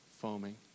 foaming